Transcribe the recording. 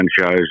shows